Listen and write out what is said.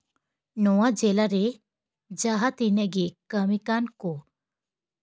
ᱱᱚᱣᱟ ᱡᱮᱞᱟᱨᱮ ᱡᱟᱦᱟᱸ ᱛᱤᱱᱟᱹᱜ ᱜᱮ ᱠᱟᱹᱢᱤ ᱠᱟᱱ ᱠᱚ